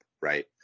right